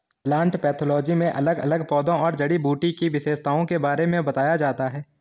plant pathology में अलग अलग पौधों और जड़ी बूटी की विशेषताओं के बारे में बताया जाता है